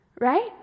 Right